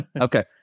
Okay